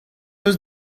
eus